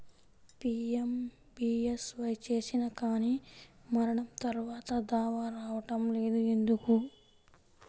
PMBSY చేసినా కానీ మరణం తర్వాత దావా రావటం లేదు ఎందుకు?